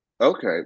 Okay